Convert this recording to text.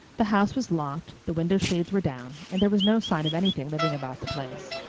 the house was locked, the window shades were down, and there was no sign of anything living about the place.